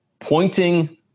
pointing